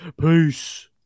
Peace